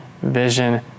vision